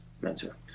mentor